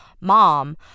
mom